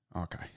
Okay